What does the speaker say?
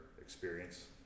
experience